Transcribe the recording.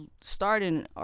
starting